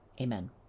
Amen